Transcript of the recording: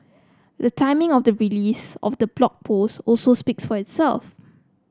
the timing of the release of the Blog Post also speaks for itself